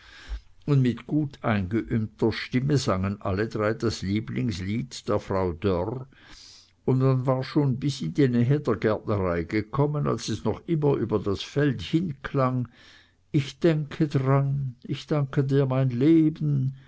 und mit gut eingeübter stimme sangen alle drei das lieblingslied der frau dörr und man war schon bis in die nähe der gärtnerei gekommen als es noch immer über das feld hinklang ich denke dran ich danke dir mein leben